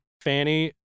Fanny